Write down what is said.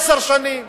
עשר שנים.